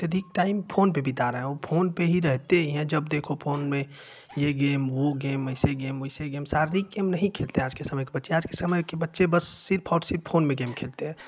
अत्याधिक time phone पर बिता रहे हैं वो फोन पर ही रहते ही हैं जब देखो फोन में यह गेम वह गेम ऐसे गेम वैसे गेम शारीरिक गेम नहीं खेलते हैं आज के समय के बच्चे आज के समय के बच्चे बस सिर्फ और सिर्फ फोन में गेम खेलते हैं